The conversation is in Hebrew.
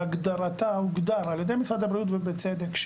בהגדרתה הוגדר על ידי משרד הבריאות ובצדק,